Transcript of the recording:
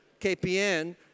KPN